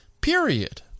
period